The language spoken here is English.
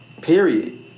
Period